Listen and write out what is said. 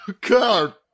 God